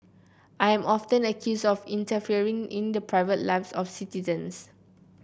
I am often accused of interfering in the private lives of citizens